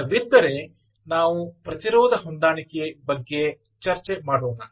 ಸಮಯವಿದ್ದರೆ ನಾವು ಪ್ರತಿರೋಧ ಹೊಂದಾಣಿಕೆ ಬಗ್ಗೆ ಚರ್ಚೆ ಮಾಡೋಣ